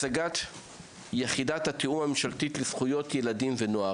על סדר-היום: הצגת יחידת התיאום הממשלתית לזכויות ילדים ונוער.